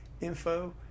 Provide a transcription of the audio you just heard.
info